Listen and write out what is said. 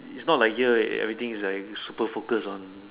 it's not like here everything is like super focus on